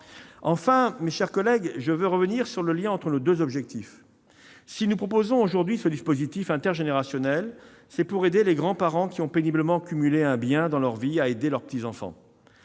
Enfin, mes chers collègues, je veux revenir sur le lien entre nos deux objectifs. Si nous proposons aujourd'hui ce mécanisme intergénérationnel, c'est pour aider les grands-parents ayant péniblement cumulé un bien dans leur vie à soutenir leurs petits-enfants.